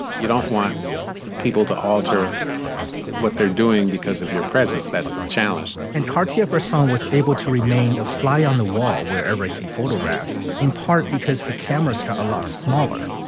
you don't want people to alter what they're doing because of your presence. that's the challenge and katya person was able to remain a fly on the wall wherever he photographed, in part because the cameras to a lot smaller,